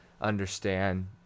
understand